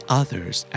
others